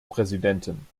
präsidentin